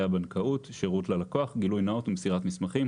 הבנקאות (שירות ללקוח) (גילוי נאות ומסירת מסמכים),